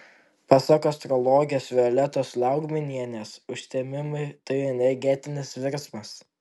pasak astrologės violetos liaugminienės užtemimai tai energetinis virsmas